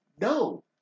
No